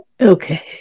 Okay